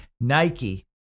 Nike